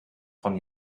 von